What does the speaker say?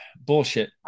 Bullshit